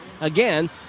again